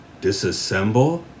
disassemble